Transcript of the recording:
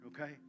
okay